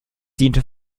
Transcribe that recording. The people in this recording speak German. diente